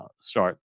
start